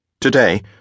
Today